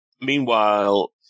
Meanwhile